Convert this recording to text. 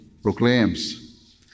proclaims